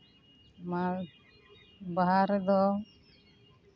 ᱢᱟᱜᱽ ᱵᱟᱦᱟ ᱨᱮᱫᱚ